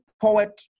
poet